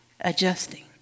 Adjusting